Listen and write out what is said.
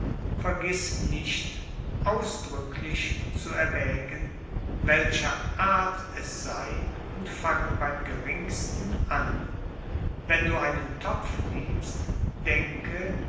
vergiß nicht ausdrücklich zu erwägen welcher art es sei und fange beim geringsten an wenn du einen topf liebst denke